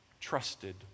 trusted